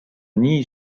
nii